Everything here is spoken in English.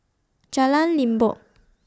Jalan Limbok